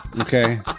Okay